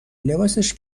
لباسش